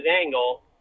angle